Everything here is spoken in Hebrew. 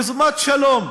יוזמת שלום.